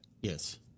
yes